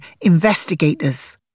investigators